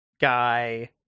guy